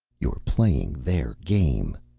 you're playing their game,